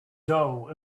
dough